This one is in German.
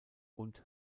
und